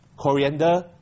coriander